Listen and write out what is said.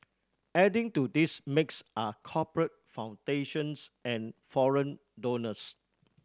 adding to this mix are corporate foundations and foreign donors